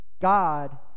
God